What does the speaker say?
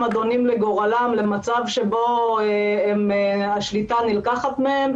אדונים לגורלם למצב שבו השליטה נלקחת מהם.